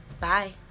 Bye